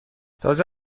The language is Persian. تازه